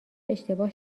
اشتباه